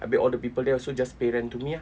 habis all the people there also just pay rent to me ah